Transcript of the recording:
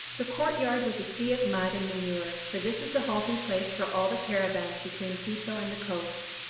the court-yard was a sea of mud and manure, for this is the halting-place for all the caravans between quito and the coast.